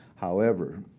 however,